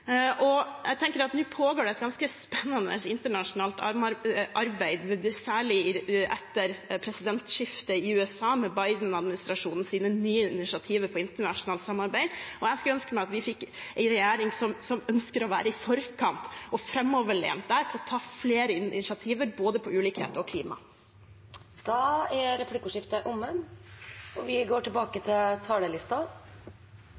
Jeg tenker at nå pågår det et ganske spennende internasjonalt arbeid, særlig etter presidentskiftet i USA, med Biden-administrasjonens nye initiativer for internasjonalt samarbeid. Jeg skulle ønske at vi fikk en regjering som ønsker å være i forkant og framoverlent der, og som tar flere initiativer når det gjelder både ulikhet og klima. Replikkordskiftet er omme. Den kanskje viktigste setningen i perspektivmeldingen etter min mening står på side 54, der det står: «Klimaendringer og